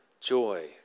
joy